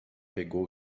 pegou